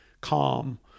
calm